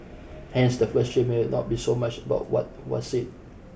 hence the first shift may not be so much about what was said